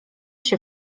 się